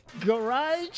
Garage